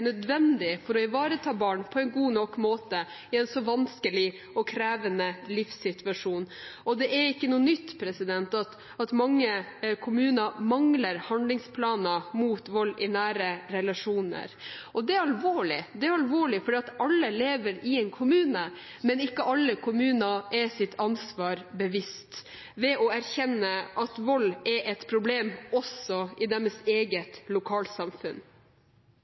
nødvendig for å ivareta barn på en god nok måte i en så vanskelig og krevende livssituasjon. Det er ikke noe nytt at mange kommuner mangler handlingsplaner mot vold i nære relasjoner. Det er alvorlig, for alle lever i en kommune, men ikke alle kommuner er seg sitt ansvar bevisst ved å erkjenne at vold er et problem også i deres eget lokalsamfunn.